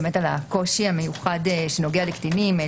על הקושי המיוחד שנוגע לקטינים.